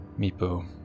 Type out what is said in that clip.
Meepo